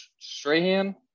Strahan